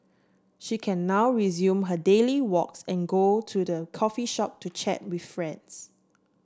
she can now resume her daily walks and go to the coffee shop to chat with friends